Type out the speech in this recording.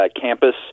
campus